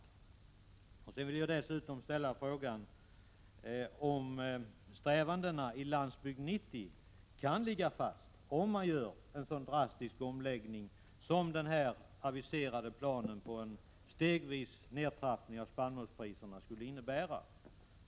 Dessutom vill jag ställa frågan: Kan strävandena i Landsbygd 90 ligga fast, om man genomför en sådan drastisk omläggning som den aviserade planen på en stegvis nedtrappning av spannmålspriserna skulle innebära?